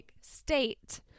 State